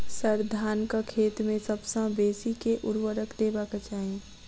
sir, धानक खेत मे सबसँ बेसी केँ ऊर्वरक देबाक चाहि